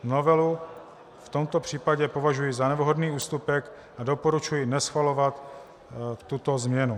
Novelu v tomto případě považuji za nevhodný ústupek a doporučuji neschvalovat tuto změnu.